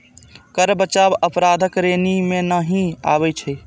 कर बचाव अपराधक श्रेणी मे नहि आबै छै